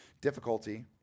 difficulty